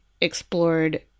explored